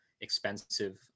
expensive